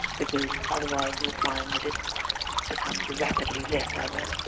because otherwise you'll find that it becomes rapidly less diverse.